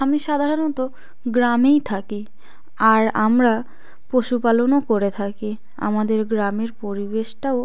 আমি সাধারণত গ্রামেই থাকি আর আমরা পশুপালনও করে থাকি আমাদের গ্রামের পরিবেশটাও